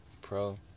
pro